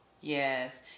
Yes